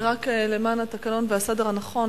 רק למען התקנון והסדר הנכון,